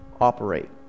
operate